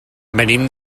venim